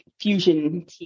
fusion